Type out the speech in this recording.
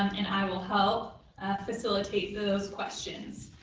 and i will help facilitate those questions.